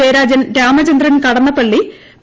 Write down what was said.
Jayarajan Ramachandran Kadannappalli P